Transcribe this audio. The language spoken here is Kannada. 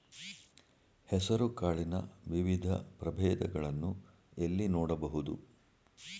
ಹೆಸರು ಕಾಳಿನ ವಿವಿಧ ಪ್ರಭೇದಗಳನ್ನು ಎಲ್ಲಿ ನೋಡಬಹುದು?